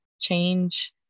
change